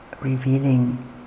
Revealing